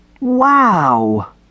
Wow